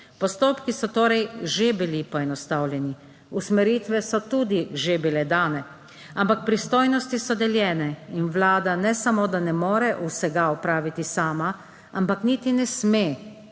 Postopki so torej že bili poenostavljeni, usmeritve so tudi že bile dane, ampak pristojnosti so deljene in Vlada, ne samo, da ne more vsega opraviti sama, ampak niti ne sme